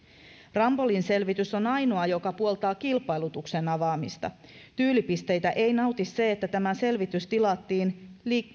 rambollin selvitys on ainoa joka puoltaa kilpailutuksen avaamista tyylipisteitä ei nauti se että tämä selvitys tilattiin